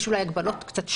יש אולי הגבלות קצת שונות,